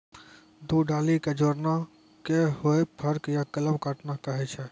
दू डाली कॅ जोड़ना कॅ ही फोर्क या कलम काटना कहै छ